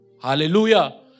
Hallelujah